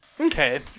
Okay